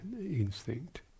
instinct